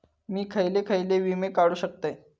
मी खयचे खयचे विमे काढू शकतय?